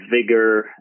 vigor